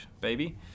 baby